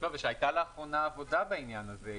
וגם שהייתה עבודה לאחרונה בעניין הזה.